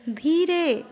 धीरे